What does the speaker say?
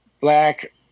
black